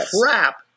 crap